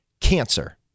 Cancer